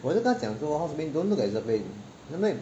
我是跟他讲说 housekeeping don't look at it that way sometimes